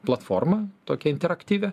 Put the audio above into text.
platformą tokią interaktyvią